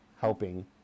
helping